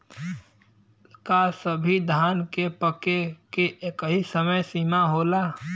का सभी धान के पके के एकही समय सीमा होला?